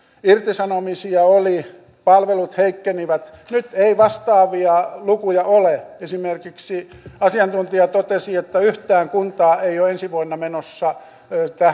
irtisanomisia oli palvelut heikkenivät nyt ei vastaavia lukuja ole esimerkiksi asiantuntija totesi että yhtään kuntaa ei ole ensi vuonna menossa